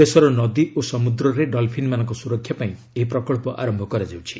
ଦେଶର ନଦୀ ଓ ସମ୍ବଦ୍ରରେ ଡଲ୍ଫିନ୍ମାନଙ୍କ ସ୍ୱରକ୍ଷା ପାଇଁ ଏହି ପ୍ରକଳ୍ପ ଆରମ୍ଭ କରାଯାଉଛି